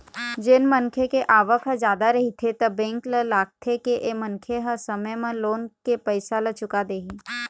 जेन मनखे के आवक ह जादा रहिथे त बेंक ल लागथे के ए मनखे ह समे म लोन के पइसा ल चुका देही